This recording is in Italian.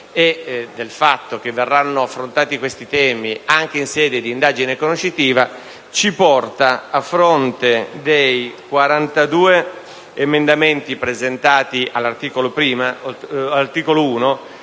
circostanza che verranno affrontati questi temi anche in sede di indagine conoscitiva ci porta, a fronte dei 42 emendamenti presentati all'articolo 1,